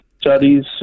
Studies